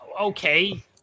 okay